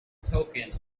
token